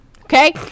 Okay